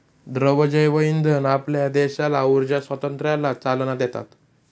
द्रव जैवइंधन आपल्या देशाला ऊर्जा स्वातंत्र्याला चालना देतात